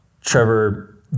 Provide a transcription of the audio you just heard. Trevor